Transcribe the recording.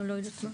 לא יודעת מה?